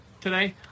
today